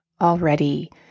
already